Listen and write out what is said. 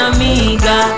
Amiga